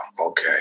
okay